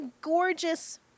gorgeous